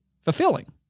Fulfilling